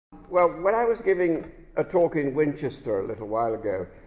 well when i was giving a talk in winchester a little while ago,